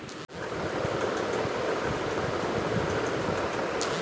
এমন এক ধরনের চাষ আছে যেখানে উচ্চ ফলনের জন্য বিভিন্ন জিনিসের চাষ এক সাথে করা হয়